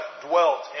dwelt